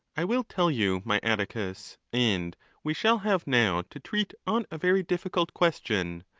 i will tell you, my atticus, and we shall have now to treat on a very difficult question,